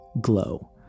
glow